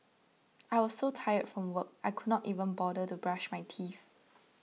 I was so tired from work I could not even bother to brush my teeth